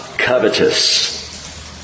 covetous